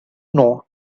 know